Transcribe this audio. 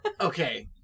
Okay